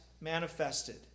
manifested